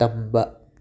ꯇꯝꯕ